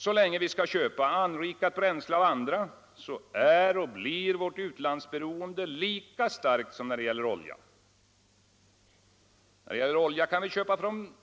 Så länge vi skall köpa anrikat bränsle av andra är och blir vårt utlandsberoende lika starkt som när det gäller olja. Men olja kan vi köpa från